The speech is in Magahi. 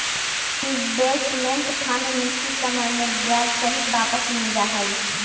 इन्वेस्टमेंट फंड निश्चित समय में ब्याज सहित वापस मिल जा हई